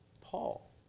Paul